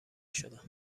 شدم